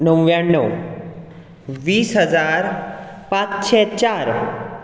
णव्व्याणव वीस हजार पांचशें चार